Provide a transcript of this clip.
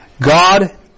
God